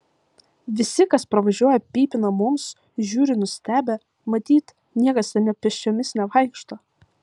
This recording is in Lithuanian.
visi kas pravažiuoja pypina mums žiūri nustebę matyt niekas ten pėsčiomis nevaikšto